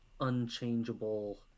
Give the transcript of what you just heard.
unchangeable